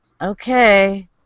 okay